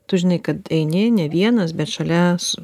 tu žinai kad eini ne vienas bet šalia su